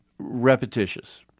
Repetitious